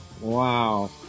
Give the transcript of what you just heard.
Wow